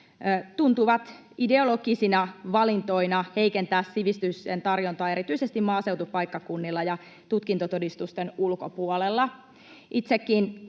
tuntuvat ideologisina valintoina heikentävän sivistyksen tarjontaa erityisesti maaseutupaikkakunnilla ja tutkintotodistusten ulkopuolella.